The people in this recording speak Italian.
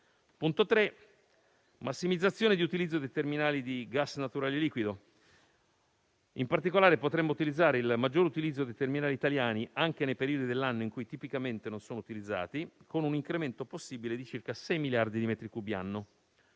punto è la massimizzazione di utilizzo dei terminali di gas naturale liquido. In particolare potremmo incrementare l'utilizzo dei terminali italiani anche nei periodi dell'anno in cui tipicamente non sono utilizzati, con un incremento possibile di circa 6 miliardi di metri cubi l'anno.